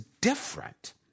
different